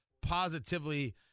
positively